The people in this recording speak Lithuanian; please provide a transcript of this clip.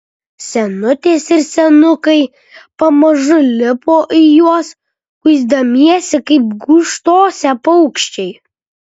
senutės ir senukai pamažu lipo į juos kuisdamiesi kaip gūžtose paukščiai